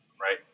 right